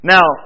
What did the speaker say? Now